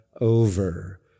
over